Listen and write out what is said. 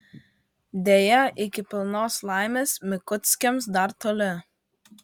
deja iki pilnos laimės mikuckiams dar toli